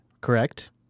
correct